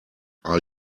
are